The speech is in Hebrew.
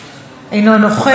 חבר הכנסת איל בן ראובן,